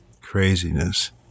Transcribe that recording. craziness